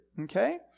Okay